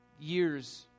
years